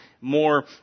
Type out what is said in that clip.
more